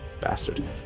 Bastard